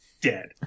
dead